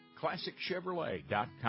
ClassicChevrolet.com